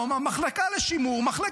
אנחנו דנים